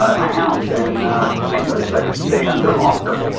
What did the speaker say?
ah my house, and i noticed i could stay under longer.